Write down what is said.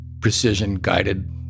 precision-guided